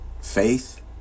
faith